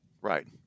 Right